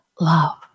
love